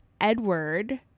edward